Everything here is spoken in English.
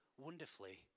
wonderfully